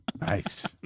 Nice